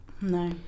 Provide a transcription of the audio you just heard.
no